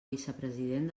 vicepresident